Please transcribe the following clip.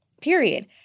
Period